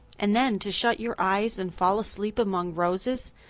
and then to shut your eyes and fall asleep among roses,